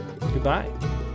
Goodbye